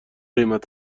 قیمت